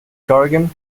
corrigan